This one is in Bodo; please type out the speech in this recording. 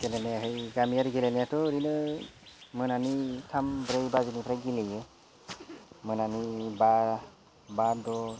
गेलेनायाहै गामियारि गेलेनायाथ' ओरैनो मोनानि थाम ब्रै बाजिनिफ्राय गेलेनायो मोनानि बा बा द'